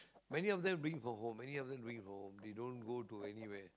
many of them bring from home many of them bring from home they don't go to anywhere